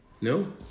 No